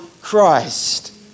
Christ